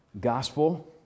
gospel